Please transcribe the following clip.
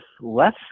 less